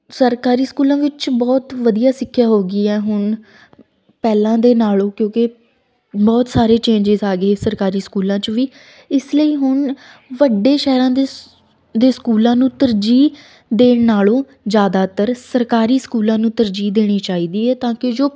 ਸਰਕਾਰੀ ਸਕੂਲਾਂ ਵਿੱਚ ਬਹੁਤ ਵਧੀਆ ਸਿੱਖਿਆ ਹੋ ਗਈ ਹੈ ਹੁਣ ਪਹਿਲਾਂ ਦੇ ਨਾਲੋਂ ਕਿਉਂਕਿ ਬਹੁਤ ਸਾਰੇ ਚੇਂਜਸ ਆ ਗਏ ਸਰਕਾਰੀ ਸਕੂਲਾਂ 'ਚ ਵੀ ਇਸ ਲਈ ਹੁਣ ਵੱਡੇ ਸ਼ਹਿਰਾਂ ਦੇ ਸ ਦੇ ਸਕੂਲਾਂ ਨੂੰ ਤਰਜੀਹ ਦੇਣ ਨਾਲੋਂ ਜ਼ਿਆਦਾਤਰ ਸਰਕਾਰੀ ਸਕੂਲਾਂ ਨੂੰ ਤਰਜੀਹ ਦੇਣੀ ਚਾਹੀਦੀ ਹੈ ਤਾਂ ਕਿ ਜੋ